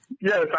Yes